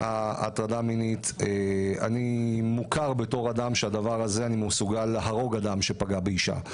אני מוכר בתור אדם שאני מסוגל להרוג אדם שפגע באישה.